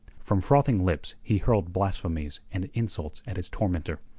from frothing lips he hurled blasphemies and insults at his tormentor.